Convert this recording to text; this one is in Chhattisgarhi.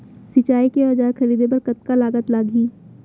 सिंचाई के औजार खरीदे बर कतका लागत लागही?